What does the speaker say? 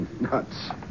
nuts